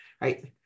right